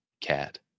cat